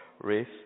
race